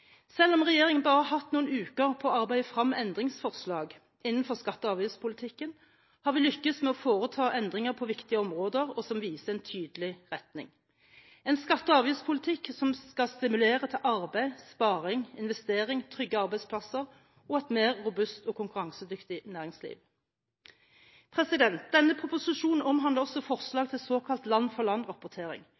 Selv om regjeringen bare har hatt noen uker på å arbeide frem endringsforslag innenfor skatte- og avgiftspolitikken, har vi lyktes med å foreta endringer på viktige områder som viser en tydelig retning: En skatte- og avgiftspolitikk som skal stimulere til arbeid, sparing, investering, trygge arbeidsplasser og et mer robust og konkurransedyktig næringsliv. Denne proposisjonen omhandler også forslag til såkalt